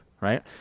right